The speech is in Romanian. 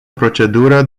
procedură